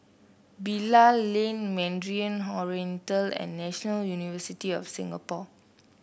Bilal Lane Mandarin Oriental and National University of Singapore